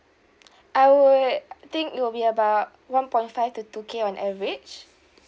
I would think it will be about one point five to two K on average